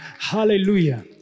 Hallelujah